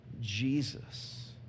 Jesus